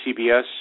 CBS